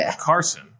Carson